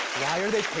why are they